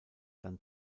dann